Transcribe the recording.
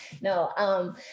No